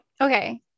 Okay